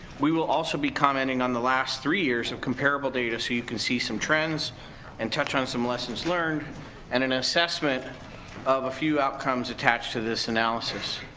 we will also be commenting on the last three years of comparable data, so you can see some trends and touch on some lessons learned and an assessment of a few outcomes attached to this analysis.